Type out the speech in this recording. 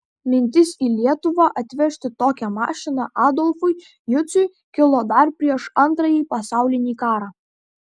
mintis į lietuvą atvežti tokią mašiną adolfui juciui kilo dar prieš antrąjį pasaulinį karą